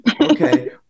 Okay